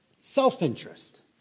self-interest